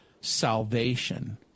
salvation